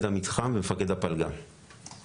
המתחם ומפקד הפלגה בשירות בתי הסוהר.